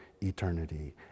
eternity